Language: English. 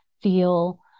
feel